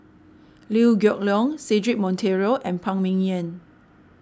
Liew Geok Leong Cedric Monteiro and Phan Ming Yen